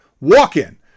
Walk-in